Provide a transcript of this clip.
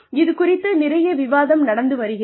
இது குறித்து நிறைய விவாதம் நடந்து வருகிறது